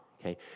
okay